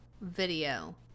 video